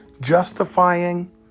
justifying